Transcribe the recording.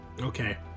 okay